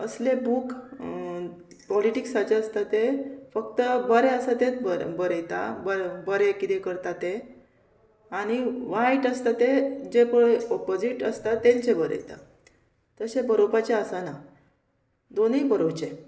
असले बूक पॉलिटिक्साचे आसता ते फक्त बरें आसा तेच बरें बरयता बरें किदें करता ते आनी वायट आसता ते जे पळय ऑपोजीट आसता तेंचे बरयता तशें बरोवपाचे आसना दोनूय बरोवचे